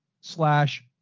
slash